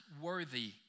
worthy